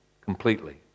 completely